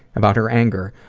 about her anger,